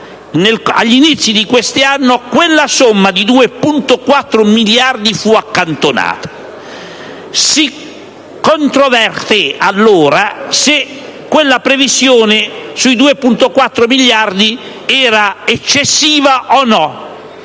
agli inizi di quest'anno quella somma di 2,4 miliardi di euro fu accantonata. Si controvertì allora se quella previsione di 2,4 miliardi fosse eccessiva o no: